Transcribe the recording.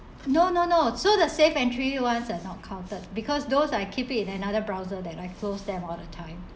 no no no so the safeentry ones are not counted because those I keep it in another browser that I close them all the time